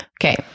Okay